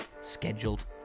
scheduled